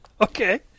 okay